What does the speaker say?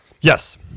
Yes